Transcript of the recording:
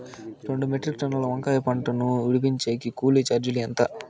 రెండు మెట్రిక్ టన్నుల వంకాయల పంట ను విడిపించేకి కూలీ చార్జీలు ఎంత?